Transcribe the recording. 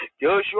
Joshua